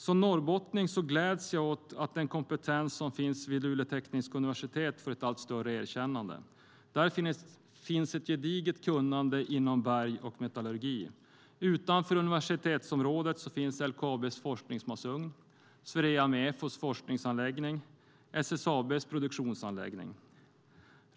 Som norrbottning gläds jag åt att den kompetens som finns vid Luleå tekniska universitet får ett allt större erkännande. Där finns ett gediget kunnande inom berg och metallurgi. Utanför universitetsområdet finns LKAB:s forskningsmasugn, Swerea Mefos forskningsanläggning och SSAB:s produktionsanläggning.